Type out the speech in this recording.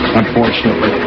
unfortunately